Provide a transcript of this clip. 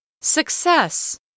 Success